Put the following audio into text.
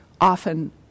often